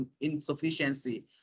insufficiency